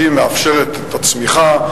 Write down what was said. שהיא מאפשרת את הצמיחה,